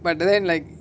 but then like